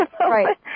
Right